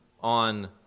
on